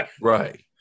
right